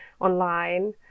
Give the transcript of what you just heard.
online